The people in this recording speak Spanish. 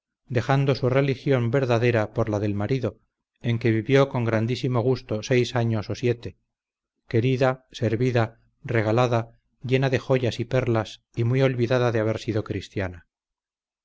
dejando su religión verdadera por la del marido en que vivió con grandísimo gusto seis años o siete querida servida regalada llena de joyas y perlas y muy olvidada de haber sido cristiana